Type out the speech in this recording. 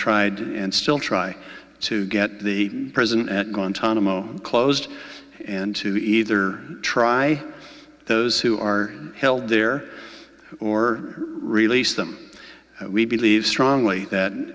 tried and still try to get the president at guantanamo closed and to either try those who are held there or release them we believe strongly that